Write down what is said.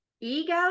Ego